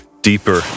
deeper